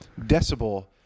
decibel